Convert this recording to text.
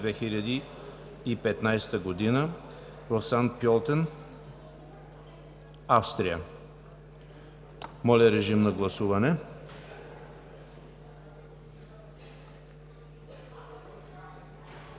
Моля, режим на гласуване.